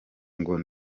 ngo